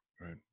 Right